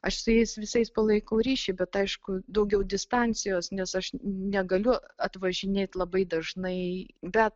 aš su jais visais palaikau ryšį bet aišku daugiau distancijos nes aš negaliu atvažinėt labai dažnai bet